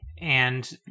and-